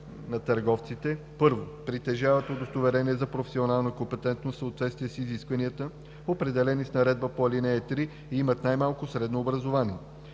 на търговците: 1. притежават удостоверение за професионална компетентност в съответствие с изискванията, определени с наредбата по ал. 3, и имат най-малко средно образование;